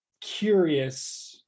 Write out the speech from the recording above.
curious